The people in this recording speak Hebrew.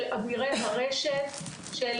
של אבירי הרשת, של